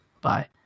bye